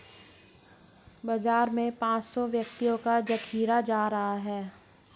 बाजार में पांच सौ व्यक्तियों का जखीरा जा रहा है